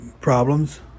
problems